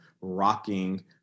rocking